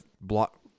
block